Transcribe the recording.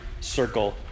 circle